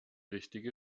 richtige